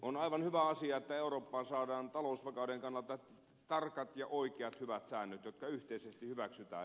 on aivan hyvä asia että eurooppaan saadaan talousvakauden kannalta tarkat ja oikeat hyvät säännöt jotka yhteisesti hyväksytään